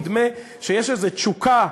נדמה שיש איזה תשוקה,